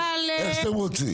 אחרי ש"עלה בידי".